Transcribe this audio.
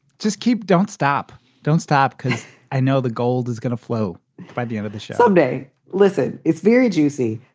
just keep don't stop, don't stop, because i know the gold is gonna flow by the end of the show someday listen, it's very juicy.